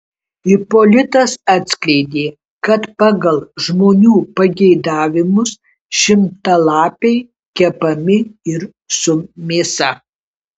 ipolitas atskleidė kad pagal žmonių pageidavimus šimtalapiai kepami ir su mėsa